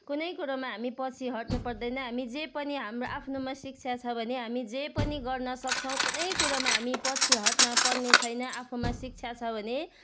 कुनै कुरोमा हामी पछि हट्नु पर्दैन हामी जे पनि हाम्रो आफ्नोमा शिक्षा छ भने हामी जे पनि गर्न सक्छौँ कुनै कुरोमा हामी पछि हट्न पर्ने छैन आफूमा शिक्षा छ भने